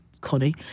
Connie